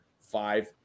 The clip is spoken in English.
Five